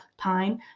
time